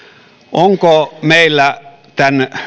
onko meillä tämän